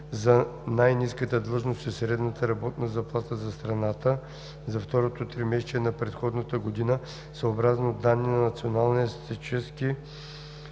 за най-ниската длъжност е средната работна заплата за страната за второто тримесечие на предходната година, съобразно данни на Националния статистически